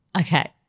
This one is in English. Okay